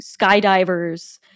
skydivers